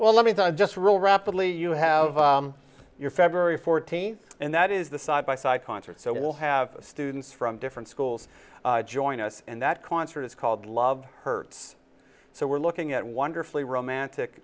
well let me just real rapidly you have your february fourteenth and that is the side by side concert so we'll have students from different schools join us and that concert is called love hurts so we're looking at wonderfully romantic